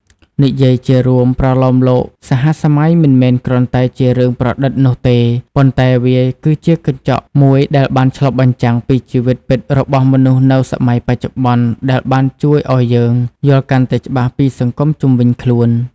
និយាយជារួម ប្រលោមលោកសហសម័យមិនមែនគ្រាន់តែជារឿងប្រឌិតនោះទេ ប៉ុន្តែវាគឺជាកញ្ចក់មួយដែលបានឆ្លុះបញ្ចាំងពីជីវិតពិតរបស់មនុស្សនៅសម័យបច្ចុប្បន្ន ដែលបានជួយឲ្យយើងយល់កាន់តែច្បាស់ពីសង្គមជុំវិញខ្លួន។